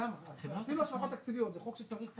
כי בסוף אם אתה עושה את זה,